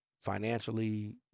financially